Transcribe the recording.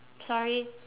sorry